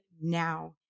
now